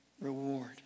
reward